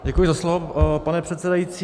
Děkuji za slovo, pane předsedající.